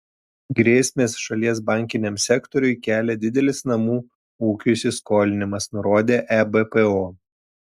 grėsmės šalies bankiniam sektoriui kelia didelis namų ūkių įsiskolinimas nurodė ebpo